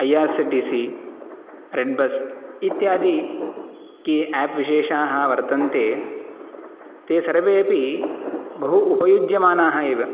IRCTC redBus इत्यादि ये आप्विशेषाः वर्तन्ते ते सर्वेपि बहु उपयुज्यमानाः एव